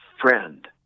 friend